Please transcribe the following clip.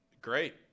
great